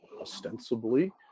ostensibly